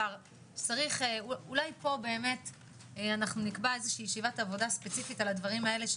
אולי פה נקבע ישיבת עבודה ספציפית על הדברים האלה,